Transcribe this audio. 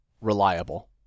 reliable